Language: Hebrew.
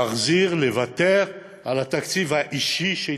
להחזיר, לוותר על התקציב האישי שהתקבל.